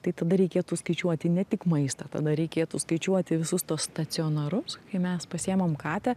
tai tada reikėtų skaičiuoti ne tik maistą tada reikėtų skaičiuoti visus tuos stacionarus kai mes pasiėmam katę